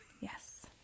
Yes